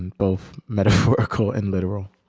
and both metaphorical and literal.